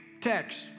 text